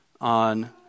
on